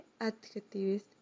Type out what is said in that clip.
adjectives